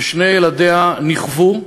ושני ילדיה נכוו,